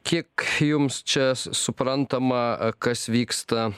kiek jums čia s suprantama kas vyksta